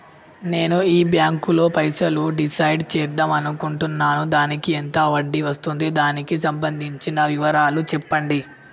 నేను ఈ బ్యాంకులో పైసలు డిసైడ్ చేద్దాం అనుకుంటున్నాను దానికి ఎంత వడ్డీ వస్తుంది దానికి సంబంధించిన వివరాలు చెప్పండి?